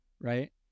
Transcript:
right